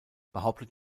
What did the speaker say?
behauptet